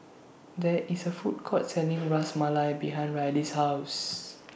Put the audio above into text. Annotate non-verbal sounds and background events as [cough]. [noise] There IS A Food Court Selling Ras Malai behind Rylee's House